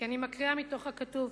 כי אני קוראת מתוך הכתוב.